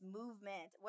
movement